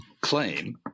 claim